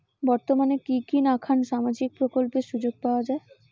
বর্তমানে কি কি নাখান সামাজিক প্রকল্পের সুযোগ পাওয়া যায়?